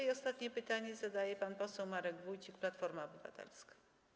I ostatnie pytanie zadaje pan poseł Marek Wójcik, Platforma Obywatelska.